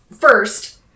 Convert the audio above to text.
First